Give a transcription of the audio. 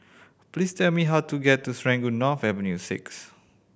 please tell me how to get to Serangoon North Avenue Six